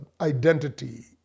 identity